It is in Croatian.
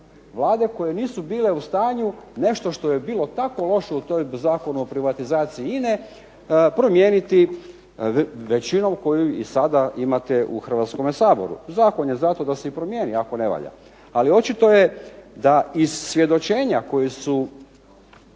Vlade koje nisu bile u stanju nešto što je bilo tako loše u tom Zakonu o privatizaciji INA-e promijeniti većinom koju i sada imate u Hrvatskome saboru. Zakon je zato da se i promijeni ako ne valja. Ali, očito je da iz svjedočenja koji su